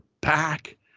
back